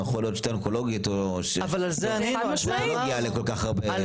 לא יכול להיות שתי אונקולוגיות או המטולוגיה לכל כך הרבה.